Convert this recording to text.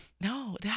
No